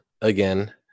again